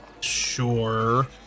sure